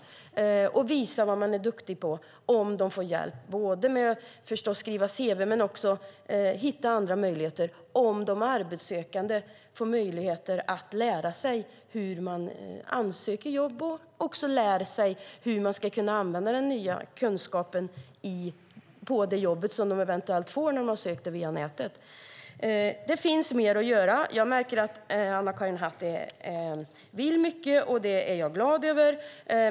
Dessutom kan man visa vad man är duktig på bara man, förstås, får hjälp med att skriva cv men också med att hitta andra möjligheter och om de arbetssökande får möjlighet att lära sig hur de gör en ansökan om jobb och hur de kan använda den nya kunskapen på det jobb de eventuellt får och som de sökt via nätet. Mer finns att göra. Jag märker att Anna-Karin Hatt vill mycket, och det är jag glad över.